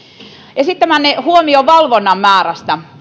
esittämänne huomio valvonnan määrästä